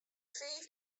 fiif